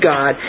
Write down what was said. God